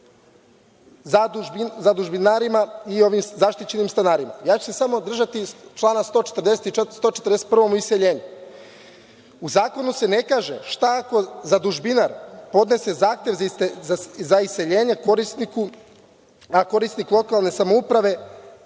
zadužbinarima i ovim zaštićenim stanarima, ja ću se samo držati člana 141, o iseljenju. U zakonu se ne kaže šta ako zadužbinar podnese zahtev za iseljenje korisniku, a korisnik lokalne samouprave